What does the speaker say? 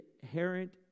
inherent